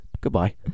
goodbye